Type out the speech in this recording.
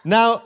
Now